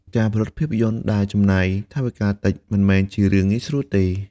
ការផលិតភាពយន្តដែលចំណាយថវិកាតិចមិនមែនជារឿងងាយស្រួលទេ។